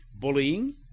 bullying